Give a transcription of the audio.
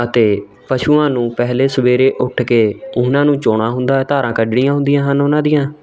ਅਤੇ ਪਸ਼ੂਆਂ ਨੂੰ ਪਹਿਲੇ ਸਵੇਰੇ ਉੱਠ ਕੇ ਉਹਨਾਂ ਨੂੰ ਚੋਣਾ ਹੁੰਦਾ ਧਾਰਾਂ ਕੱਢਣੀਆਂ ਹੁੰਦੀਆਂ ਹਨ ਉਹਨਾਂ ਦੀਆਂ